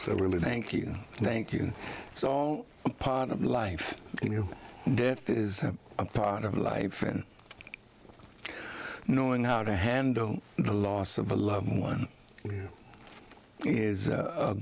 really thank you thank you so part of life you know death is a part of life and knowing how to handle the loss of a loved one is